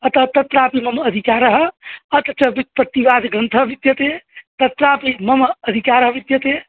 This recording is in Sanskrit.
अतः तत्रापि मम अधिकरः अथ च व्युत्पत्तिवादग्रन्थः विद्यते तत्रापि मम अधिकारः विद्यते